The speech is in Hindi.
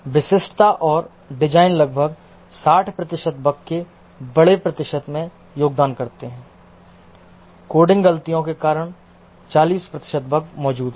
विशिष्टता और डिजाइन लगभग 60 प्रतिशत बग के बड़े प्रतिशत में योगदान करते हैं कोडिंग गलतियों के कारण 40 प्रतिशत बग मौजूद हैं